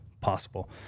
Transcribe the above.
possible